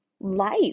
life